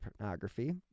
pornography